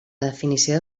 definició